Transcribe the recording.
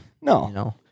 No